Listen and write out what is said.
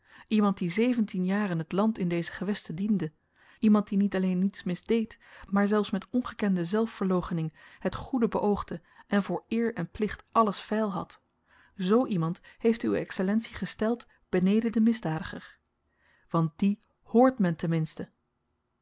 iemand die zeventien jaren het land in deze gewesten diende iemand die niet alleen niets misdeed maar zelfs met ongekende zelfverloochening het goede beoogde en voor eer en plicht alles veil had z iemand heeft uwe excellentie gesteld beneden den misdadiger want dien hoort men ten minste